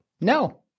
No